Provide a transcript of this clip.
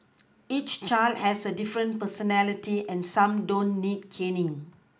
each child has a different personality and some don't need caning